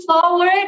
forward